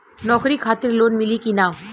नौकरी खातिर लोन मिली की ना?